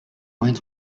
mines